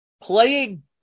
Playing